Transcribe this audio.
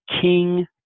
King